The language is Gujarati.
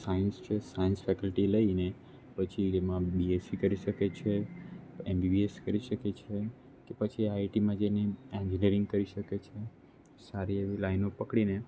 સાયન્સ છે સાયન્સ ફેકલ્ટી લઈને પછી તેમાં બીએસસી કરી શકે છે એમબીબીએસ કરી શકે છે કે પછી આઇઆઇટીમાં જઈને એન્જિનીયરિંગ કરી શકે છે સારી એવી લાઇનો પકડીને